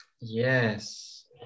Yes